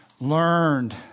learned